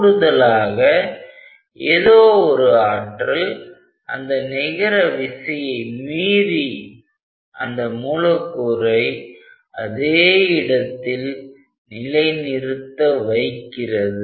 கூடுதலாக ஏதோ ஒரு ஆற்றல் அந்த நிகர விசையை மீறி அந்த மூலக்கூறை அதே இடத்தில் நிலைநிறுத்த வைக்கிறது